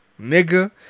nigga